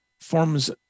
form's